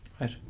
Right